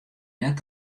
net